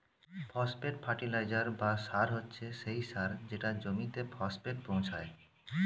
phosphate fertiliser বা সার হচ্ছে সেই সার যেটা জমিতে ফসফেট পৌঁছায়